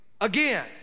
again